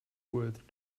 worth